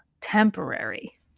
temporary